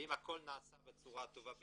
האם הכל נעשה בצורה הטובה ביותר?